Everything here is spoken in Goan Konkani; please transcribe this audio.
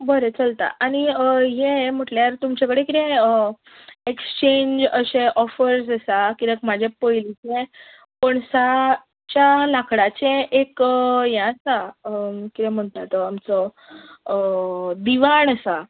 बरें चलता आनी हें म्हणल्यार तुमचे कडेन कितें एक्सचेंज अशे ऑफर्स आसा कित्याक म्हजे पयलींचे पणसाच्या लाकडाचें एक हें आसा कितें म्हणटा तो आमचो दिवाण आसा